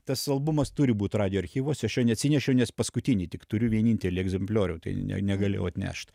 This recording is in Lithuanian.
tas albumas turi būt radijo archyvuose aš jo neatsinešiau nes paskutinį tik turiu vienintelį egzempliorių tai ne negalėjau atnešt